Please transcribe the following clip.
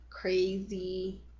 crazy